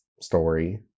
story